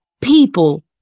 people